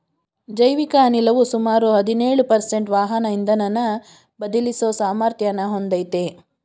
ಜೈವಿಕ ಅನಿಲವು ಸುಮಾರು ಹದಿನೇಳು ಪರ್ಸೆಂಟು ವಾಹನ ಇಂಧನನ ಬದಲಿಸೋ ಸಾಮರ್ಥ್ಯನ ಹೊಂದಯ್ತೆ